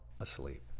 asleep